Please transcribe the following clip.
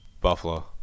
Buffalo